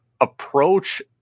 approach